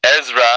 Ezra